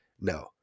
no